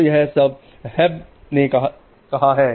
तो यह सब हैब ने कहा है